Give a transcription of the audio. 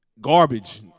Garbage